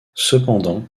cependant